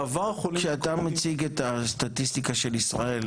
בעבר החולים --- כשאתה מציג את הסטטיסטיקה של ישראל